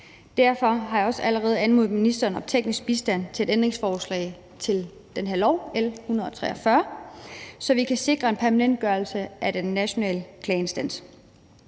Derfor har jeg også allerede anmodet ministeren om teknisk bistand til et ændringsforslag til det her lovforslag, L 143, så vi kan sikre en permanentgørelse af Den Nationale Klageinstans